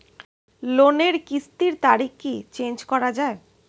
লোনের কিস্তির তারিখ কি চেঞ্জ করা যায়?